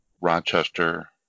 Rochester